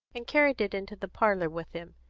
and carried it into the parlour with him.